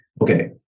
Okay